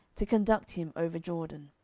to conduct him over jordan.